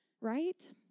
Right